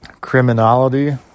criminality